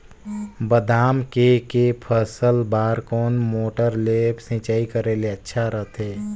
बादाम के के फसल बार कोन मोटर ले सिंचाई करे ले अच्छा रथे?